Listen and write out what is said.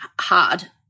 hard